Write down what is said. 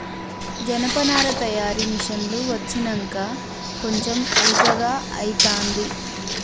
జనపనార తయారీ మిషిన్లు వచ్చినంక కొంచెం అల్కగా అయితాంది